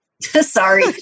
Sorry